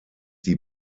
die